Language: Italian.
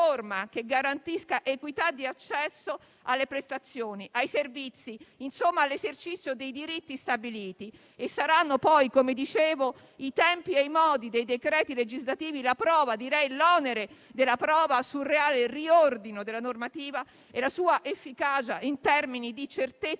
che garantisca equità di accesso alle prestazioni, ai servizi, all'esercizio dei diritti stabiliti; saranno poi i tempi e i modi dei decreti legislativi - come dicevo - la prova, direi l'onere della prova, sul reale riordino della normativa e sulla sua efficacia in termini di certezze